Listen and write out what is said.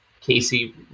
Casey